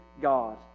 God